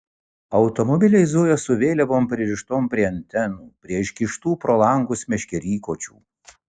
automobiliai zujo su vėliavom pririštom prie antenų prie iškištų pro langus meškerykočių